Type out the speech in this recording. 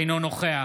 אינו נוכח